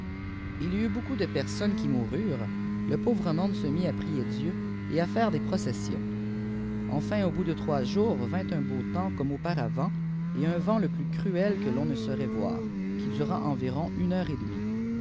il y aut beaucoup de personnes qui moururept le pauvre monde se mit à prier dieu et à faire des processions enfin au bout de trois jours vint un beau temps comme auparavant et iin vent lé plus cruel que l'on ne saurait voir qui dura environ une heure et demie